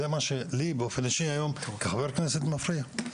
זה משהו שלי באופן אישי היום כחבר כנסת מפריע.